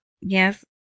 yes